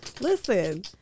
Listen